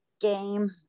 game